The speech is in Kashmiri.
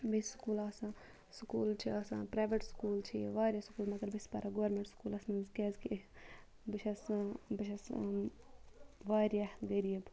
بیٚیہِ سکوٗل آسان سکوٗل چھُ آسان پریویٹ سکوٗل چھُ یہِ واریاہ سکوٗل مَگَر بہٕ چھَس پَران گورمینٹ سکوٗلَس مَنٛز کیازِ کہِ بہٕ چھَس بہٕ چھَس واریاہ غریٖب